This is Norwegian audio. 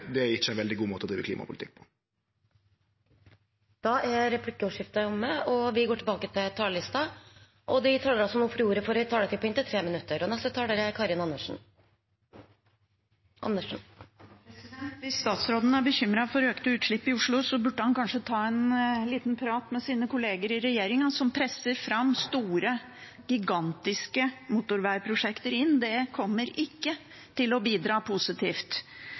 omme. De talerne som heretter får ordet, har også en taletid på inntil 3 minutter. Hvis statsråden er bekymret for økte utslipp i Oslo, burde han kanskje ta en liten prat med sine kolleger i regjeringen som presser fram store, gigantiske motorveiprosjekter. Det kommer ikke til å bidra positivt.